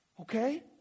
Okay